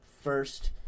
first